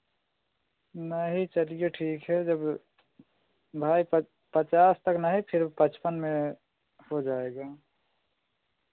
नहीं चलिए ठीक है जब भाई पचास तक नहीं फिर पचपन में हो जाएगा